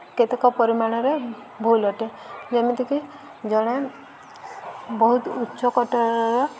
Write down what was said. କେତେକ ପରିମାଣରେ ଭୁଲ୍ ଅଟେ ଯେମିତିକି ଜଣେ ବହୁତ ଉଚ୍ଚକୋଟିରର